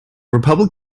republic